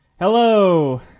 Hello